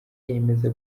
yemeza